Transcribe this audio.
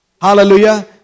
Hallelujah